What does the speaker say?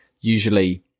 Usually